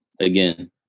again